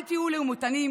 אל תהיו לעומתיים.